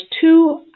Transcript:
two